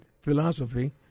philosophy